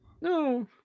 no